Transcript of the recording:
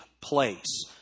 place